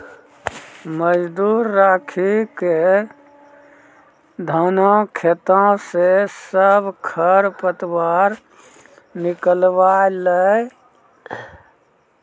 मजदूर राखी क धानों खेतों स सब खर पतवार निकलवाय ल लागलै